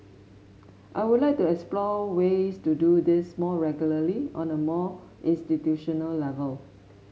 I would like to explore ways to do this more regularly on a more institutional level